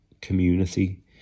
community